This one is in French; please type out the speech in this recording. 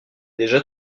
déjà